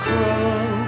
Crow